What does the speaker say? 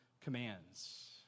commands